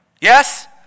Yes